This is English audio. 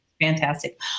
fantastic